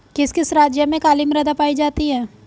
किस किस राज्य में काली मृदा पाई जाती है?